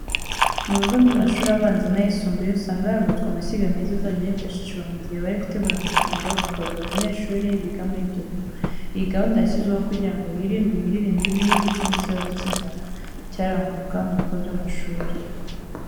Mu bigo by'amashuri abanza n'ayisumbuye, usanga harubatswe amashyiga meza azajya yifashishwa mu gihe bari gutegura amafunguro yo kugaburira abanyeshuri biga muri ibyo bigo. Iyi gahunda yashyizweho kugira ngo hirindwe imirire mibi ndetse n'ikibazo cy'inzara cyarangwaga mu bigo by'amashuri.